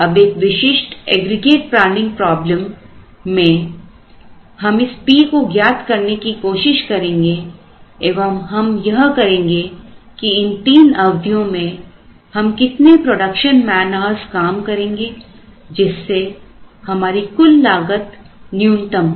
अब एक विशिष्ट एग्रीगेट प्लानिंग प्रॉब्लम में हम इस P को ज्ञात करने की कोशिश करेंगे एवं हम यह करेंगे कि इन तीनों अवधियों में हम कितने प्रोडक्शन मैनआउर्ज़ काम करेंगे जिससे हमारी कुल लागत न्यूनतम हो